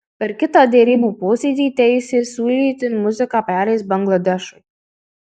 per kitą derybų posėdį teisė siūlyti muziką pereis bangladešui